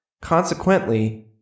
Consequently